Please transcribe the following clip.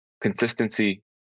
Consistency